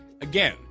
Again